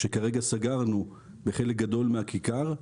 שכרגע סגרנו בחלק גדול מהכיכר.